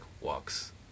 Walks